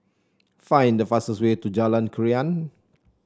find the fastest way to Jalan Krian